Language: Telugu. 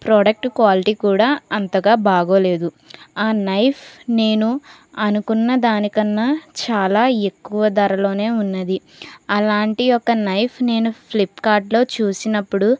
ప్రోడక్ట్ క్వాలిటీ కూడా అంతగా బాగలేదు ఆ నైఫ్ నేను అనుకున్న దాని కన్నా చాలా ఎక్కువ ధరలోనే ఉన్నది అలాంటి ఒక నైఫ్ నేను ఫ్లిప్కార్ట్లో చూసినప్పుడు